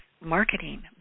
marketing